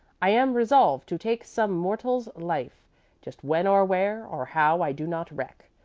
i am resolved to take some mortal's life just when, or where, or how, i do not reck,